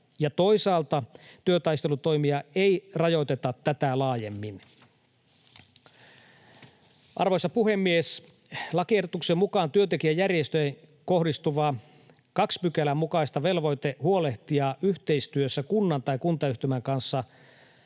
toisaalta työtaistelutoimia ei rajoiteta tätä laajemmin. Arvoisa puhemies! Lakiehdotuksen mukaan työntekijäjärjestöihin kohdistuva 2 §:n mukainen velvoite huolehtia yhteistyössä kunnan tai kuntayhtymän kanssa